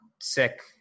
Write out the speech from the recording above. sick